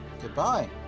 Goodbye